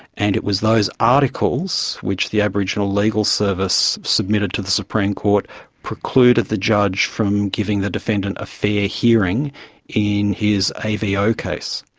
and it was those articles which the aboriginal legal service submitted to the supreme court precluded the judge from giving the defendant a fair hearing in his avo case.